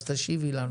אז תשיבי לנו.